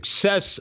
success